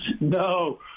No